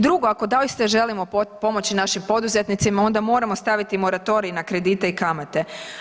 Drugo, ako doista želimo pomoći našim poduzetnicima, onda moramo staviti moratorij na kredite i kamate.